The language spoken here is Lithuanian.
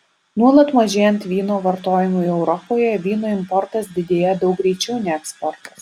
nuolat mažėjant vyno vartojimui europoje vyno importas didėja daug greičiau nei eksportas